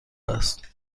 است